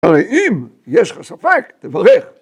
‫הרי אם יש לך ספק, ‫תברך.